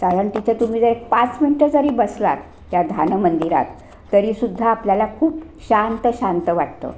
कारण तिथे तुम्ही जर पाच मिनटं जरी बसलात त्या धान मंदिरात तरी सुद्धा आपल्याला खूप शांत शांत वाटतं